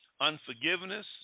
unforgiveness